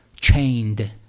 chained